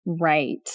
Right